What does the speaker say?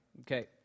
Okay